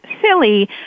silly